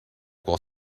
while